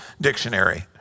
dictionary